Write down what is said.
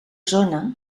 zona